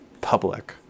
public